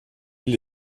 île